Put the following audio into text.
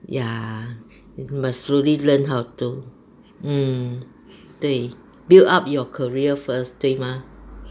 ya must really learn how to mm 对 build up your career first 对吗